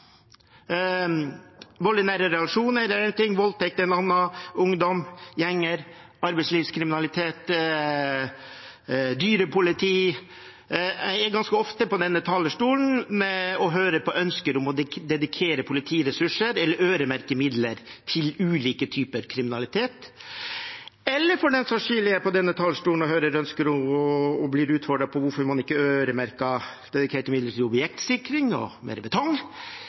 voldtekt er noe annet, ungdom, gjenger, arbeidslivskriminalitet, dyrepoliti. Jeg er ganske ofte på denne talerstolen og hører på ønsker om å dedikere politiressurser eller øremerke midler til ulike typer kriminalitet, eller, for den saks skyld, jeg er på denne talerstolen og hører ønsker og blir utfordret på hvorfor man ikke øremerket dedikerte midler til objektsikring og